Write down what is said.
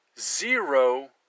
zero